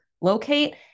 locate